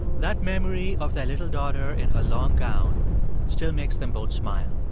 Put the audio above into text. that memory of their little daughter in her long gown still makes them both smile.